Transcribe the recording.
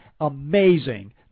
amazing